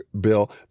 bill